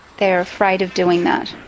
they're afraid of doing that.